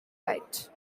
light